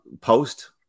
post